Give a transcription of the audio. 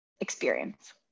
experience